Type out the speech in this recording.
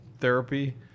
therapy